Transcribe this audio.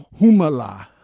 Humala